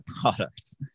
products